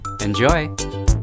Enjoy